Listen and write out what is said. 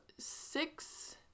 six